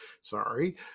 Sorry